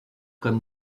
comme